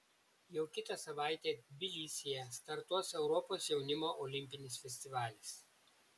jau kitą savaitę tbilisyje startuos europos jaunimo olimpinis festivalis